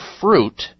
fruit